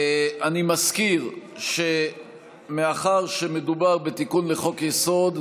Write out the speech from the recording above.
אני מזכיר שמאחר שמדובר בתיקון לחוק-יסוד,